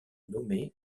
nommé